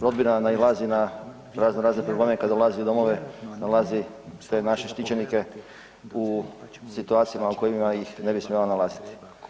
Rodbina nailazi na razno-razne probleme kada dolazi u domove nalazi naše štićenike u situacijama u kojima ih ne bi smjela nalaziti.